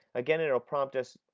again it will prompt us,